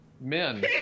Men